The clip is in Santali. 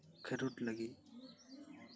ᱠᱷᱮᱞᱳᱰ ᱞᱟᱹᱜᱤᱫ